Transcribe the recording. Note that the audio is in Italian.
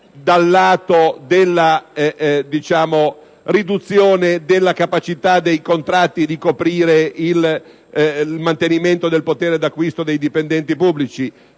dal lato della riduzione della capacità dei contratti di coprire il mantenimento del potere di acquisto dei dipendenti pubblici.